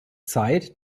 zeit